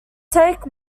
take